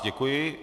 Děkuji.